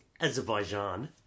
Azerbaijan